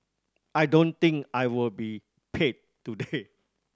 I don't think I will be paid today